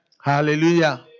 Hallelujah